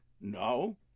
No